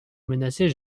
menacer